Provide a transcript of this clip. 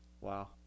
wow